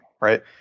right